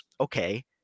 Okay